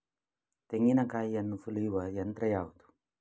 ತೆಂಗಿನಕಾಯಿಯನ್ನು ಸುಲಿಯುವ ಯಂತ್ರ ಯಾವುದು?